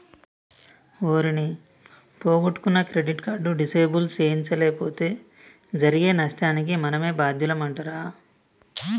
ఓరి నీ పొగొట్టుకున్న క్రెడిట్ కార్డు డిసేబుల్ సేయించలేపోతే జరిగే నష్టానికి మనమే బాద్యులమంటరా